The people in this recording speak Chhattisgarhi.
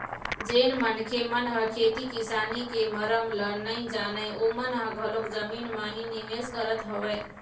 जेन मनखे मन ह खेती किसानी के मरम ल नइ जानय ओमन ह घलोक जमीन म ही निवेश करत हवय